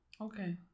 Okay